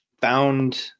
found